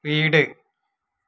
വീട്